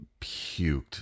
puked